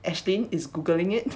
ashlyn is googling it